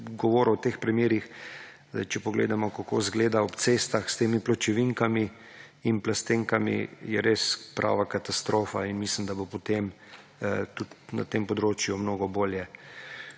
govoril o teh primerih. Če pogledamo, kako izgleda ob cestah s temi pločevinkami in plastenkami, je res prava katastrofa in mislim, da bo potem tudi na tem področju mnogo bolje.